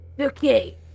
Okay